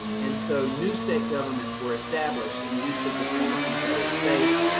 and so, new state governments were established in each of the former confederate states,